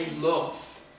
love